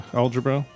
algebra